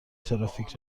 ترافیک